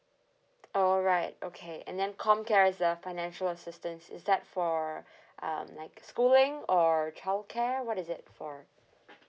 alright okay and then com care is a financial assistance is that for um like schooling or childcare what is it for